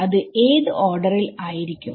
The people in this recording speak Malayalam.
അത് ഏത് ഓർഡറിൽ ആയിരിക്കും